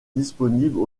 disponible